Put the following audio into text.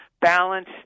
balance